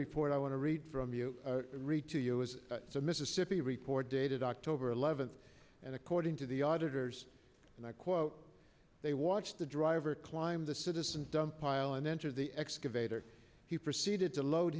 report i want to read from you read to you is the mississippi report dated october eleventh and according to the auditors and i quote they watched the driver climb the citizens dump pile and enter the excavator he proceeded to load